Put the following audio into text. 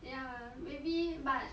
ya maybe but